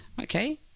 Okay